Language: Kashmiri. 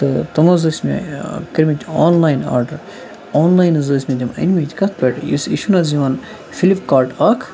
تہٕ تم حظ ٲسۍ مےٚ کٔرۍ مٕتۍ آنلاین آرڈَر آنلاین حظ ٲسۍ مےٚ تِم أنۍ مٕتۍ کَتھ پٮ۪ٹھ یُس یہِ چھُنہٕ حظ یِوان فِلِپکاٹ اَکھ